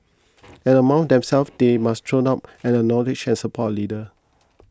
and amongst themselves they must throw up and acknowledge and support a leader